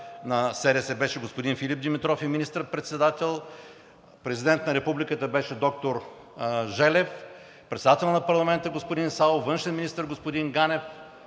на СДС беше господин Филип Димитров и министър-председател, президент на Републиката беше доктор Желев, председател на парламента – господин Савов, външен министър – господин Ганев,